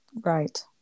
Right